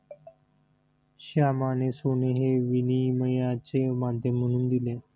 श्यामाने सोने हे विनिमयाचे माध्यम म्हणून दिले